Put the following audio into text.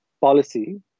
policy